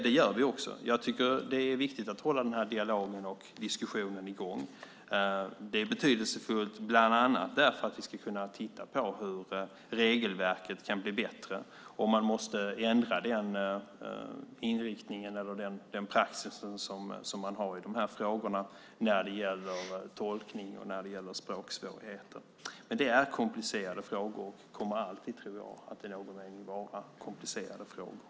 Det gör vi också. Jag tycker att det är viktigt att hålla i gång den här dialogen och diskussionen. Det är betydelsefullt bland annat för att vi ska kunna titta på hur regelverket kan bli bättre, om man måste ändra den inriktning, den praxis, som man har i de här frågorna när det gäller tolkning och när det gäller språksvårigheter. Det här är komplicerade frågor och kommer alltid, tror jag, att i någon mening vara komplicerade frågor.